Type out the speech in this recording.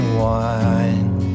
wine